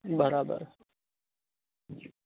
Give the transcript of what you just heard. બરાબર